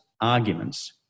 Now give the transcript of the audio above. arguments